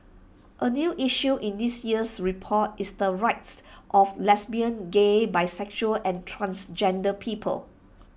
A new issue in this year's report is the rights of lesbian gay bisexual and transgender people